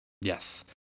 Yes